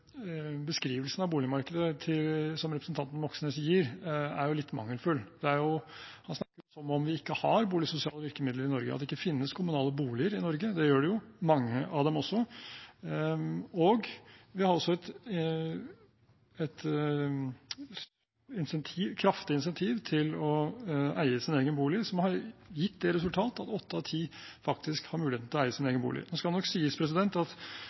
beskrivelsen som representanten Moxnes gir av boligmarkedet, er litt mangelfull. Han snakker som om vi ikke har boligsosiale virkemidler i Norge, og at det ikke finnes kommunale boliger i Norge. Det gjør det jo – mange av dem også. Vi har også et kraftig insentiv til å eie sin egen bolig, som har gitt det resultatet at åtte av ti faktisk har muligheten til å eie sin egen bolig. Det skal nok sies at